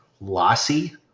lossy